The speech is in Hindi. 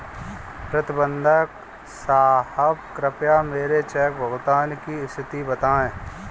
प्रबंधक साहब कृपया मेरे चेक भुगतान की स्थिति बताएं